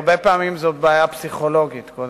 הרבה פעמים זאת קודם כול